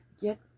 Get